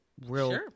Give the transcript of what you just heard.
real